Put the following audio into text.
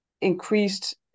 increased